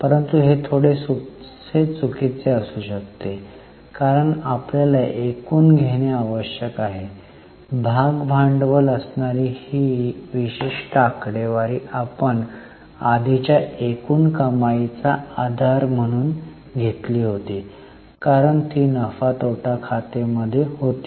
परंतु हे थोडेसे चुकीचे असू शकते कारण आपल्याला एकूण घेणे आवश्यक आहे भाग भांडवल असणारी ही विशिष्ट आकडेवारी आपण आधीच्या एकूण कमाईचा आधार म्हणून घेतली होती कारण ती नफा तोटा खाते मध्ये होती